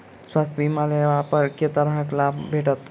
स्वास्थ्य बीमा लेबा पर केँ तरहक करके लाभ भेटत?